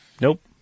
Nope